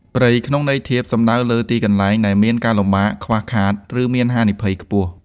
«ព្រៃ» ក្នុងន័យធៀប សំដៅលើទីកន្លែងដែលមានការលំបាក ខ្វះខាត ឬមានហានិភ័យខ្ពស់។